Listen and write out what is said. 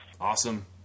Awesome